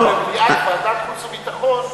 כי באנו למליאת ועדת חוץ וביטחון.